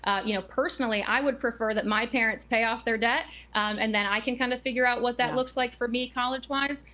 ah you know personally, i would prefer that my parents pay off their debt and i can kind of figure out what that looks like for me collegewise.